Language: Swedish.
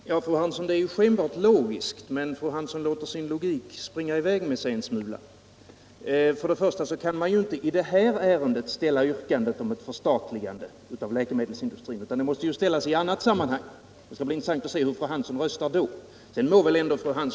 Herr talman! Ja, fru Hansson, det är skenbart logiskt, men fru Hansson låter sin logik springa i väg med sig en smula. För det första kan man inte i detta ärende ställa ett yrkande om förstatligande av läkemedelsindustrin, utan det yrkandet måste ställas i annat sammanhang. Det skall bli intressant att se hur fru Hansson röstar nästa gång vi ställer detta yrkande.